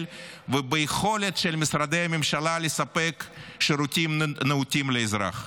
וביכולת של משרדי הממשלה לספק שירותים מהותיים לאזרח.